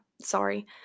sorry